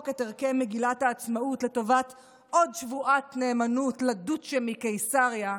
את ערכי מגילת העצמאות לטובת עוד שבועת נאמנות לדוצ'ה מקיסריה,